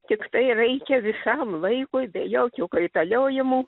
tiktai reikia visam laikui be jokių kaitaliojimų